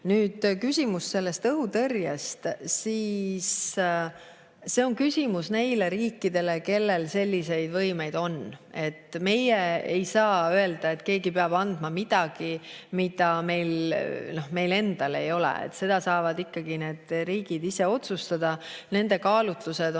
Nüüd, küsimus õhutõrjest on küsimus neile riikidele, kellel selliseid võimeid on. Meie ei saa öelda, et keegi peab andma midagi, mida meil endal ei ole. Seda saavad need riigid ise otsustada. Nende kaalutlused on